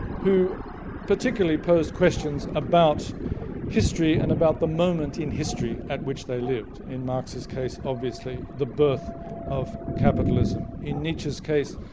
who particularly posed questions about history and about the moment in history at which they lived in marx's case obviously the birth of capitalism in nietzsche's case,